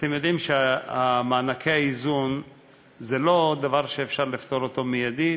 אתם יודעים שמענקי האיזון זה לא דבר שאפשר לפתור אותו מיידית.